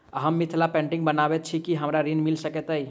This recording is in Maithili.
हम मिथिला पेंटिग बनाबैत छी की हमरा ऋण मिल सकैत अई?